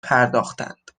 پرداختند